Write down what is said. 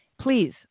please